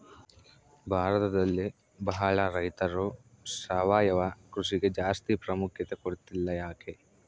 ಭಾರತದಲ್ಲಿ ಬಹಳ ರೈತರು ಸಾವಯವ ಕೃಷಿಗೆ ಜಾಸ್ತಿ ಪ್ರಾಮುಖ್ಯತೆ ಕೊಡ್ತಿಲ್ಲ ಯಾಕೆ?